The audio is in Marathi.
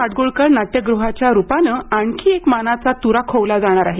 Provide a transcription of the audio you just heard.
माडगूळकर नाट्यगृहाच्या रूपानं आणखी एक मानाचा तुरा खोवला जाणार आहे